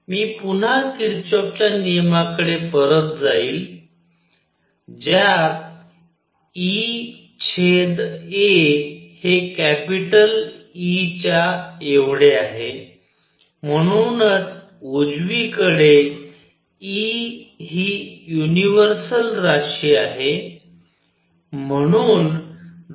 मी पुन्हा किरचॉफच्या नियमाकडे परत जाईल ज्यात ea हे कॅपिटल E च्या एवढे आहे म्हणूनच उजवीकडे E ही युनिव्हर्सल राशी आहे